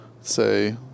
Say